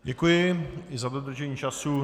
Děkuji i za dodržení času.